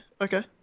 okay